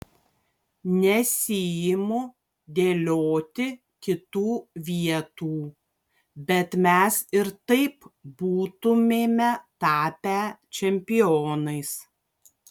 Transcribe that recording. nesiimu dėlioti kitų vietų bet mes ir taip būtumėme tapę čempionais